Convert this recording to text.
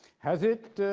has it,